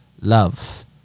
love